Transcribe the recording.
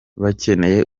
bakeneye